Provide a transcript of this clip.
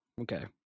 Okay